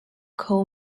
coal